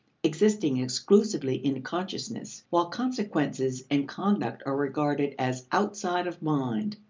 existing exclusively in consciousness, while consequences and conduct are regarded as outside of mind,